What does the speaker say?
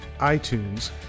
iTunes